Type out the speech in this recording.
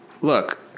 look